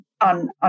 on